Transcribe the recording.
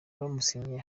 bamusinyiye